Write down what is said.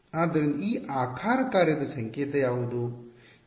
ಆದ್ದರಿಂದ ಈ ಆಕಾರದ ಕಾರ್ಯದ ಸಂಕೇತ ಯಾವುದು